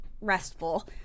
restful